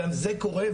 גם זה קורה,